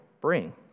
bring